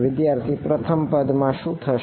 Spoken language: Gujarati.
વિદ્યાર્થી પ્રથમ પદ માં શું થશે